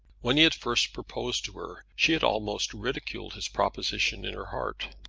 when he had first proposed to her she had almost ridiculed his proposition in her heart.